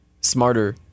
smarter